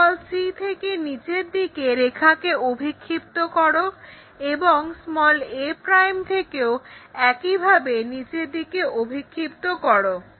c থেকে নিচের দিকে রেখাকে অভিক্ষিপ্ত করো এবং a' থেকেও একইভাবে নিচের দিকে অভিক্ষিপ্ত করো